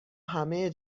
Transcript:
همه